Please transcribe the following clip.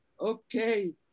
okay